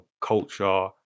culture